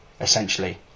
essentially